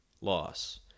loss